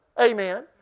amen